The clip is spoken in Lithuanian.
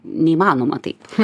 neįmanoma taip